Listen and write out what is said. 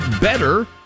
better